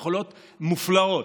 יכולות מופלאות.